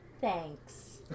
Thanks